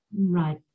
Right